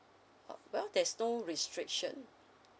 uh well there's no restriction